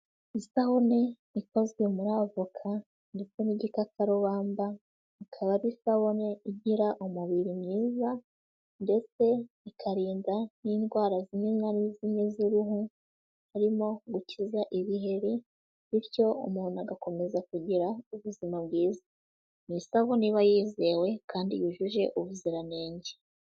Isabune ikozwe muri avoka ndetse n'igikakarubamba, ikaba ari isabune igira umubiri mwiza ndetse ikarinda n'indwara zimwe na zimwe z'uruhu harimo gukiza ibiheri bityo umuntu agakomeza kugira ubuzima bwiza. Ni isabune iba yizewe kandi yujuje ubuziranenge.